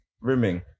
rimming